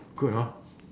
good hor